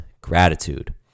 gratitude